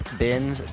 bins